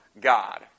God